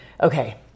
okay